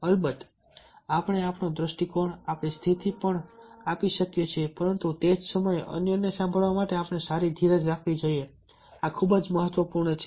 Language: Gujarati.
અલબત્ત આપણે આપણો દૃષ્ટિકોણ આપણી સ્થિતિ પણ આપી શકીએ છીએ પરંતુ તે જ સમયે અન્યને સાંભળવા માટે આપણે સારી ધીરજ રાખવી જોઈએ આ ખૂબ જ મહત્વપૂર્ણ છે